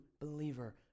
believer